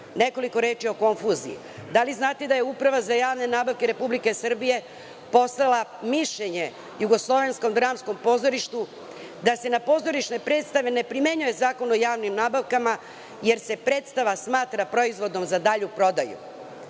reči o konfuziji. Da li znate da je Uprava za javne nabavke Republike Srbije poslala mišljenje JDP da se na pozorišne predstave ne primenjuje Zakon o javnim nabavkama, jer se predstava smatra proizvodom za dalju prodaju,